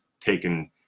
taken